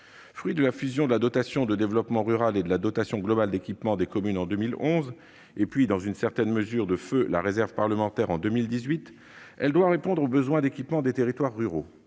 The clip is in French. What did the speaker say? Fruit de la fusion de la dotation de développement rural et de la dotation globale d'équipement des communes en 2011, et, dans une certaine mesure, de feu la réserve parlementaire en 2018, la DETR doit répondre aux besoins d'équipement des territoires ruraux.